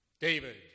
David